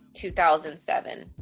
2007